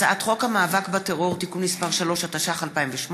הצעת חוק המאבק בטרור (תיקון מס' 3), התשע"ח 2018,